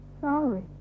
Sorry